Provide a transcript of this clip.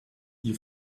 you